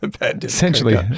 essentially